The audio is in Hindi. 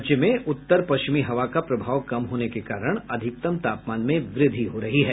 राज्य में उत्तर पश्चिमी हवा का प्रभाव कम होने के कारण अधिकतम तापमान में वृद्धि हो रही है